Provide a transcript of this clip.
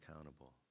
accountable